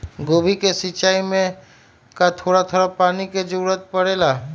गोभी के सिचाई में का थोड़ा थोड़ा पानी के जरूरत परे ला?